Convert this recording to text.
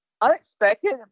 unexpected